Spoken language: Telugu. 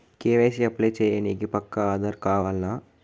కే.వై.సీ అప్లై చేయనీకి పక్కా ఆధార్ కావాల్నా?